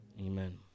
Amen